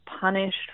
punished